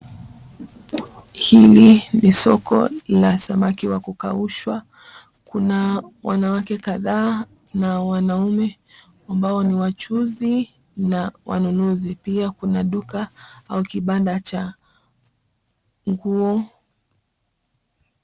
Hili ni soko la samaki wa kukaushwa. Kuna wanawake kadhaa na wanaume ambao ni wachuzi na wanunuzi. Pia kuna duka au kibanda cha nguo.